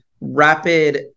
rapid